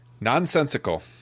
Nonsensical